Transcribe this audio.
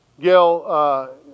Gail